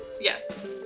Yes